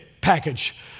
package